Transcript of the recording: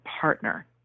partner